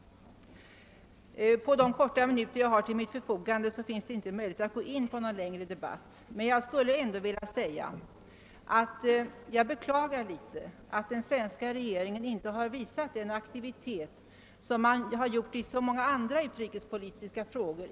På de få minuter jag har till förfogande är det omöjligt för mig att ingå på någon längre debatt, men jag vill passa på att beklaga att den svenska regeringen i denna fråga inte har visat samma aktivitet som den gjort i så många andra utrikespolitiska frågor.